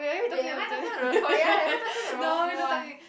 wait am I talking about the cor~ ya am I talking the wrong new one